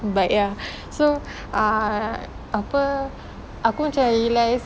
but ya so uh apa aku macam realise